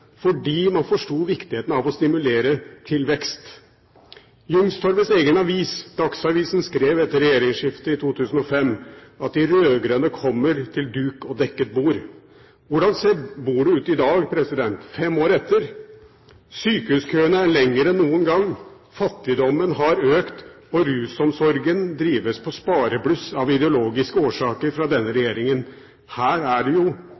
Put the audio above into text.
fordi man forsto viktigheten av å stimulere til vekst. Youngstorgets egen avis Dagsavisen skrev etter regjeringsskiftet i 2005 at de rød-grønne kommer til duk og dekket bord. Hvordan ser bordet ut i dag, fem år etter? Sykehuskøene er lengre enn noen gang, fattigdommen har økt, og rusomsorgen drives på sparebluss av ideologiske årsaker fra denne regjeringen. Her er det jo